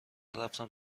رفتم